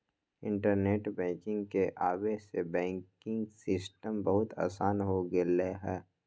internet banking के आवे से बैंकिंग सिस्टम बहुत आसान हो गेलई ह